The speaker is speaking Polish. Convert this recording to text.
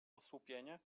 osłupienie